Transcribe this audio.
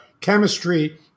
chemistry